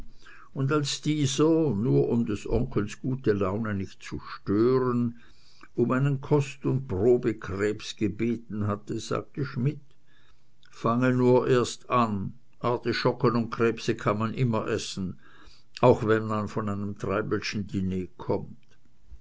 und als dieser nur um des onkels gute laune nicht zu stören um einen kost und probekrebs gebeten hatte sagte schmidt fange nur erst an artischocken und krebse kann man immer essen auch wenn man von einem treibelschen diner kommt